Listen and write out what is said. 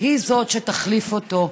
היא שתחליף אותו.